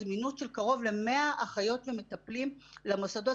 זמינות של קרוב ל-100 אחיות ומטפלים למוסדות